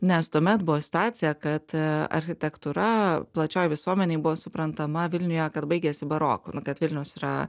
nes tuomet buvo situacija kad architektūra plačioj visuomenėj buvo suprantama vilniuje kad baigėsi baroku nu vilniaus yra